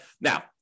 Now